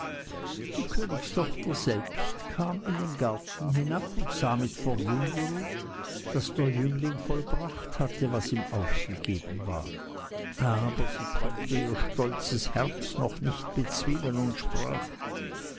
die königstochter kam selbst in den garten herab und sah mit verwunderung daß der jüngling vollbracht hatte was ihm aufgegeben war aber sie konnte ihr stolzes herz noch nicht bezwingen und sprach